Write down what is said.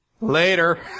later